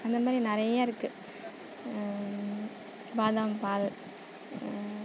அந்த மாதிரி நிறைய இருக்குது பாதாம் பால்